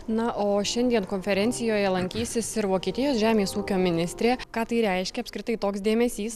na o šiandien konferencijoje lankysis ir vokietijos žemės ūkio ministrė ką tai reiškia apskritai toks dėmesys